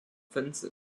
分子